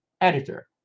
editor